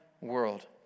world